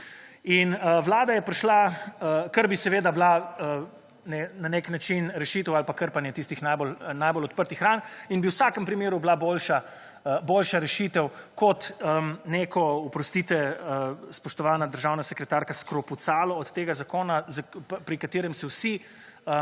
In Vlada je prišla, kar bi seveda bila na nek način rešitev ali pa krpanje tistih najbolj odprtih ran in bi v vsakem primeru bila boljša rešitev kot neko, oprostite, spoštovana državna sekretarka, skrpucalu od tega zakona, pri katerem se vsi